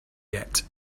yet